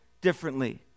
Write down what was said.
differently